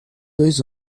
dois